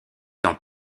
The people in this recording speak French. dans